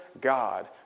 God